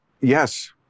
yes